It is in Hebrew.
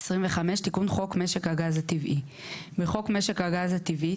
תיקון חוק משק הגז הטבעי 25. בחוק משק הגז הטבעי,